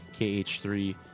KH3